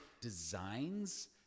designs